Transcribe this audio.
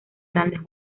grandes